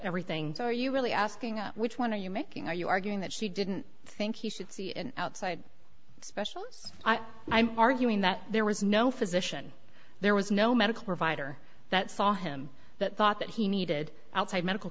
everything so are you really asking which one are you making are you arguing that she didn't think he should see an outside special i'm arguing that there was no physician there was no medical provider that saw him that thought that he needed